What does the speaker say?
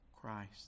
Christ